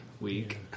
week